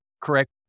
correct